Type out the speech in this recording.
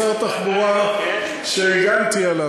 אני אוכל למסור לשר התחבורה שהגנתי עליו.